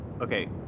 Okay